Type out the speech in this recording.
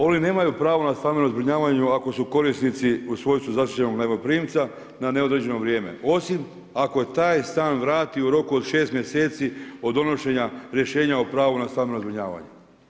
Oni nemaju pravo na stambeno zbrinjavanje ako su korisnici u svojstvu zaštićenog najmoprimca na neodređeno vrijeme, osim ako taj stan vrati u roku od 6 mjeseci od donošenja rješenja o pravu na stambeno zbrinjavanje.